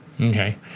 Okay